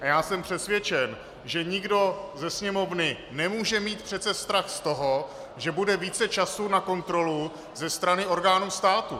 A já jsem přesvědčen, že nikdo ze Sněmovny nemůže mít přece strach z toho, že bude více času na kontrolu ze strany orgánů státu.